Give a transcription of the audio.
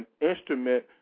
instrument